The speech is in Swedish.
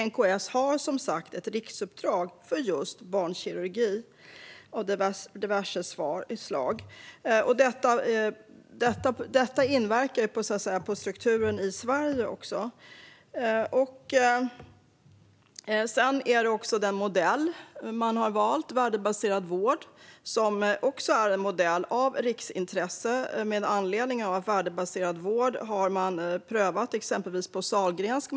NKS har som sagt ett riksuppdrag för just barnkirurgi av diverse slag. Detta inverkar också på strukturen i Sverige. Det handlar också om den valda modellen med värdebaserad vård. Det är en modell av riksintresse med anledning av att värdebaserad vård har prövats på exempelvis Sahlgrenska.